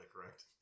correct